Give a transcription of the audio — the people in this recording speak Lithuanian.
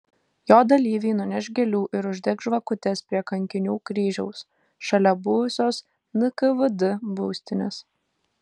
jo dalyviai nuneš gėlių ir uždegs žvakutes prie kankinių kryžiaus šalia buvusios nkvd būstinės